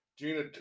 gina